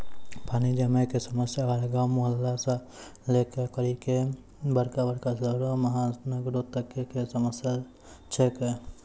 पानी जमै कॅ समस्या हर गांव, मुहल्ला सॅ लै करिकॅ बड़का बड़का शहरो महानगरों तक कॅ समस्या छै के